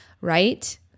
Right